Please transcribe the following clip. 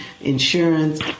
insurance